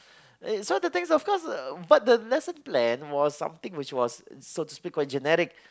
and uh the thing is of course uh but the lesson planned was something which was so to speak generic